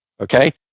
okay